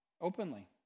openly